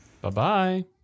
Bye-bye